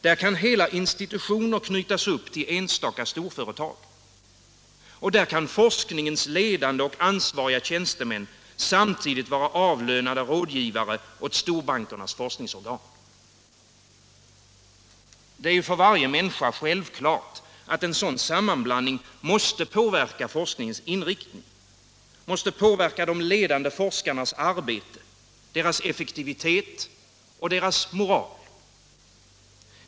Där kan hela institutioner knytas upp till enstaka storföretag. Där kan forskningens ledande och ansvariga tjänstemän samtidigt vara avlönade rådgivare åt storbankernas forskningsorgan. Det är för varje människa självklart att en sådan sammanblandning måste påverka forskningens inriktning, måste påverka de ledande forskarnas arbete, deras effektivitet och deras moral.